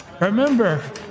Remember